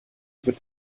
wird